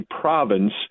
province